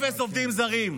אפס עובדים זרים.